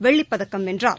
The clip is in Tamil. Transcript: வெள்ளிப்பதக்கம் வென்றார்